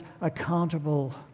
accountable